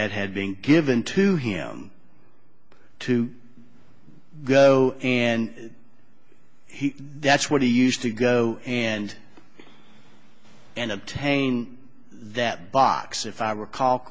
that had been given to him to go and he that's what he used to go and and obtain that box if i recall